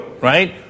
right